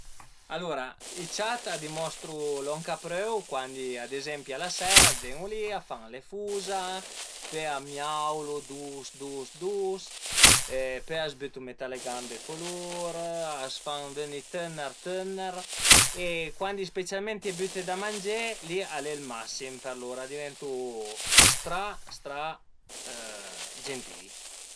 Alura i ciat a dimostru lon ch'a prövu cuandi ad ezempi a la seira a ven-u li, a fan le fuza, pöi a miaulu dus dus dus, pöi a s'bütu ën metà a le gambe co lur, a s'fan vën-i tëner tëner e cuandi specialment ie büte da mangé li al e ël massim për lur, a diventu stra stra genti-i